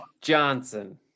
johnson